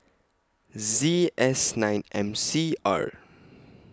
Z S nine M C R